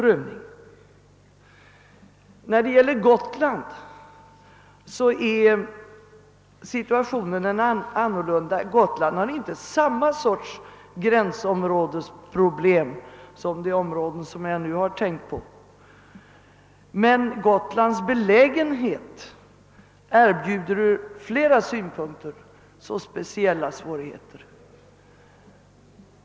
För Gotland är situationen annorlunda. Gotland har inte samma sorts gränsdragningsproblem som de andra områden jag nu tagit upp. Gotlands belägenhet erbjuder emellertid ur flera synpunkter speciella svårigheter.